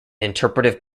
interpretive